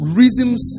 reasons